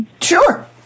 Sure